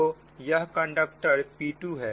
तो यह conductor P2 है